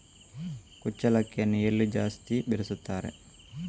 ಕುಚ್ಚಲಕ್ಕಿಯನ್ನು ಎಲ್ಲಿ ಜಾಸ್ತಿ ಬೆಳೆಸುತ್ತಾರೆ?